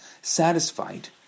Satisfied